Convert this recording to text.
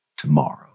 tomorrow